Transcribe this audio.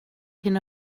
hyn